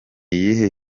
iyihe